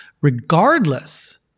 regardless